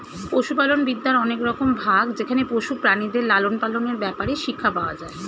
পশুপালন বিদ্যার অনেক রকম ভাগ যেখানে পশু প্রাণীদের লালন পালনের ব্যাপারে শিক্ষা পাওয়া যায়